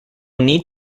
need